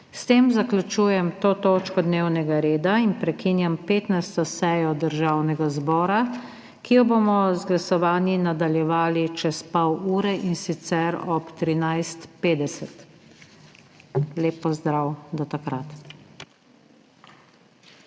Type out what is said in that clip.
S tem zaključujem to točko dnevnega reda in prekinjam 15. sejo Državnega zbora, ki jo bomo z glasovanji nadaljevali čez pol ure, in sicer ob 13.50. Lep pozdrav do takrat!